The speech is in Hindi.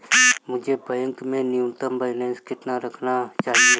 मुझे बैंक में न्यूनतम बैलेंस कितना रखना चाहिए?